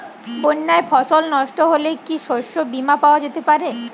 বন্যায় ফসল নস্ট হলে কি শস্য বীমা পাওয়া যেতে পারে?